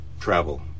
travel